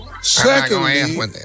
Secondly